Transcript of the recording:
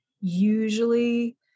usually